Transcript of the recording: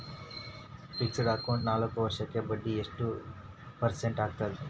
Fixed account ನಾಲ್ಕು ವರ್ಷಕ್ಕ ಬಡ್ಡಿ ಎಷ್ಟು ಪರ್ಸೆಂಟ್ ಆಗ್ತದ?